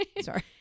Sorry